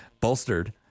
bolstered